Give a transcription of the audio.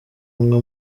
umwe